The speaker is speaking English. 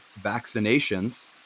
vaccinations